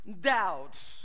doubts